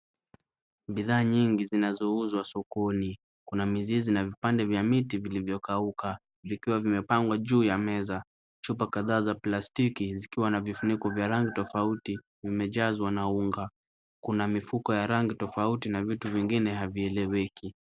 Bidhaa nyingi zinazouzwa sokoni. Kuna mizizi na vipande vya miti vilivyokauka vikiwa vimepangwa juu ya meza. Chupa kadhaa za plastiki zikiwa na vifuniko vya rangi tofauti vimejazwa na unga. Kuna mifuko ya rangi tofauti na vitu vingine havieleweki.